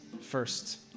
first